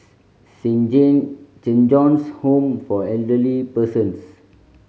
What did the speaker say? Saint John's Home for Elderly Persons